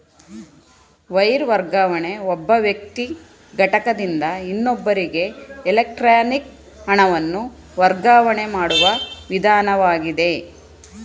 wire ವರ್ಗಾವಣೆ ಒಬ್ಬ ವ್ಯಕ್ತಿ ಘಟಕದಿಂದ ಇನ್ನೊಬ್ಬರಿಗೆ ಎಲೆಕ್ಟ್ರಾನಿಕ್ ಹಣವನ್ನು ವರ್ಗಾವಣೆ ಮಾಡುವ ವಿಧಾನವಾಗಿದೆ